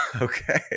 okay